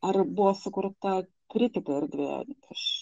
ar buvo sukurta kritikai erdvė aš